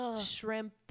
shrimp